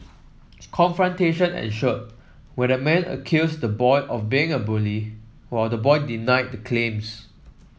confrontation ensued where the man accused the boy of being a bully while the boy denied the claims